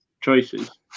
choices